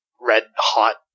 red-hot